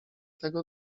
tego